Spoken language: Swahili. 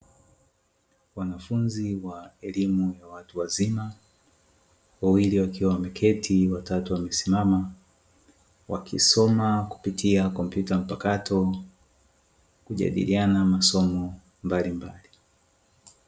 Wanafunzi wa elimu ya watu wazima, wawili wakiwa wameketi watatu wamesimama, wakisoma kupitia kompyuta mpakato kujadiliana masomo mbalimbali.